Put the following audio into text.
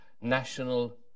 national